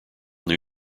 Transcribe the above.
new